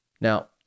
Now